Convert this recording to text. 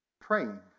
praying